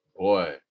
Boy